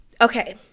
Okay